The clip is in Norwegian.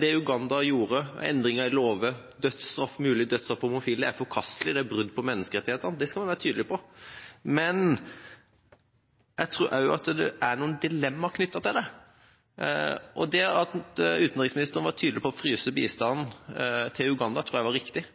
Det Uganda gjorde – med endringer i lover og mulig dødsstraff for homofile – er forkastelig. Det er brudd på menneskerettighetene; det skal vi være tydelig på. Men jeg tror også det er noen dilemmaer knyttet til det. Det at utenriksministeren var tydelig på å fryse bistanden til Uganda, tror jeg var riktig.